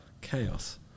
Chaos